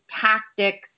tactics